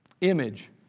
image